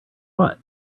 what